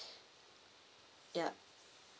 yup